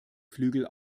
flügel